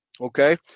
okay